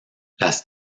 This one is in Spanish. las